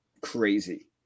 crazy